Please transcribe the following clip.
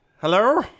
Hello